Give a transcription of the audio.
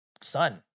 son